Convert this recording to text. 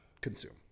consume